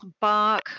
bark